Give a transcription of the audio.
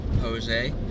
Jose